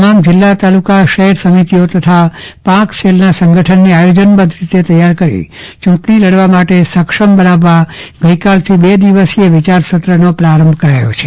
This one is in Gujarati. તમામ જિલ્લા તાલુકા શહેર સમિતિઓ તથા પાંખ સેલના સંગઠનને આયોજનબધ્ધ રીતે તૈયાર કરી ચૂંટણી લડવા માટે સક્ષમ બનાવવા ગઈકાલથી બે દિવસીય વિચાર સત્રનો પ્રારંભ કરાયો છે